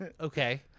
Okay